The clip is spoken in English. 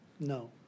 No